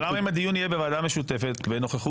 אבל למה אם הדיון יהיה בוועדה המשותפת בנוכחות פנינה?